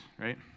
right